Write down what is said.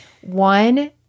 one